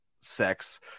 sex